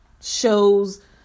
shows